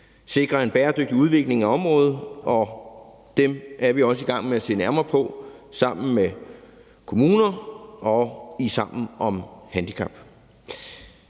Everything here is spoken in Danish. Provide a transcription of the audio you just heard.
sikrer en bæredygtig udvikling af området, og dem er vi også i gang med at se nærmere på sammen med kommunerne og Sammen om Handicap.